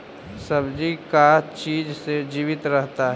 सब्जी का चीज से जीवित रहता है?